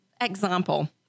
example